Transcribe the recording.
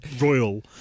royal